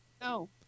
no